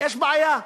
יש בעיה.